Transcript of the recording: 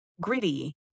gritty